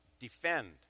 defend